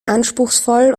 anspruchsvoll